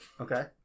Okay